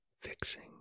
fixing